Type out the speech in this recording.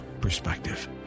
perspective